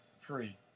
free